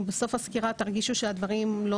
אם בסוף הסקירה תרגישו שהדברים לא